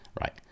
right